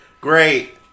great